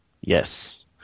yes